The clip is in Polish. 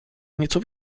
nieco